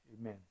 amen